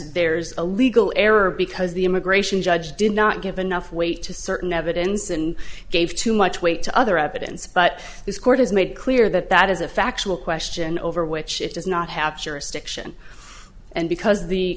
there's a legal error because the immigration judge did not give enough weight to certain evidence and gave too much weight to other evidence but this court has made clear that that is a factual question over which it does not have jurisdiction and because